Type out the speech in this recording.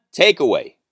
takeaway